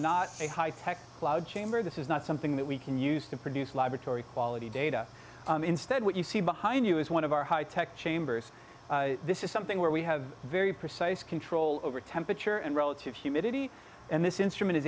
a high tech cloud chamber this is not something that we can use to produce laboratory quality data instead what you see behind you is one of our high tech chambers this is something where we have very precise control over temperature and relative humidity and this instrument is